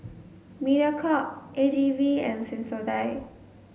Mediacorp A G V and Sensodyne